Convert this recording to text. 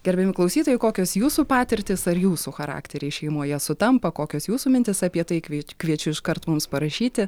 gerbiami klausytojai kokios jūsų patirtys ar jūsų charakteriai šeimoje sutampa kokios jūsų mintys apie tai kvieč kviečiu iškart mums parašyti